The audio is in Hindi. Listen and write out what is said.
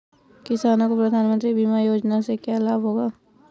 किसानों को प्रधानमंत्री बीमा योजना से क्या लाभ होगा?